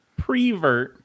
Prevert